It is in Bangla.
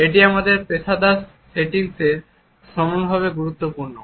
এটি আমাদের পেশাদার সেটিংসে সমানভাবে গুরুত্বপূর্ণ